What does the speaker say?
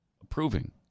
approving